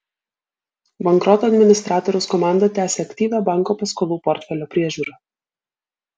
bankroto administratoriaus komanda tęsia aktyvią banko paskolų portfelio priežiūrą